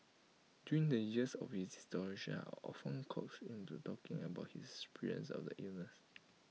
during the years of his deterioration I often coaxed him into talking about his experience of the illness